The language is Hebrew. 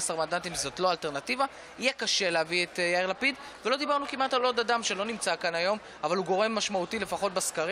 16 באוקטובר 2018. אני מתכבד לפתוח את ישיבת הכנסת.